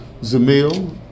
zamil